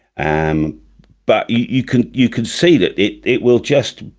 um but you can you can see that it it will just,